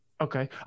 Okay